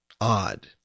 odd